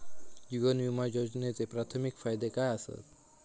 जीवन विमा योजनेचे प्राथमिक फायदे काय आसत?